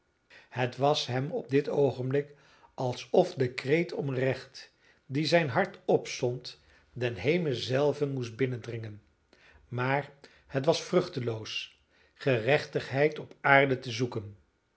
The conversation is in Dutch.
het was hem op dit oogenblik alsof de kreet om recht dien zijn hart opzond den hemel zelven moest binnendringen maar het was vruchteloos gerechtigheid op aarde te zoeken